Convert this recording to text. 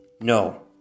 No